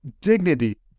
dignity